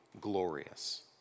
glorious